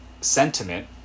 sentiment